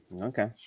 Okay